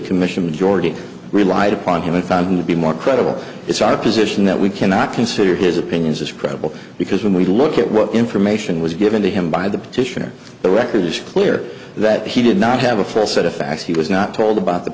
commission majority relied upon him and found him to be more credible it's our position that we cannot consider his opinions as credible because when we look at what information was given to him by the petitioner the record is clear that he did not have a full set of facts he was not told about the